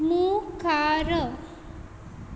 मुखार